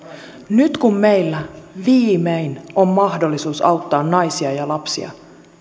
nyt kun meillä viimein on mahdollisuus auttaa naisia ja lapsia